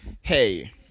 hey